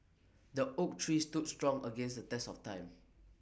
the oak tree stood strong against the test of time